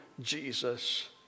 Jesus